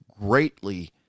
greatly